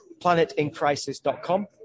planetincrisis.com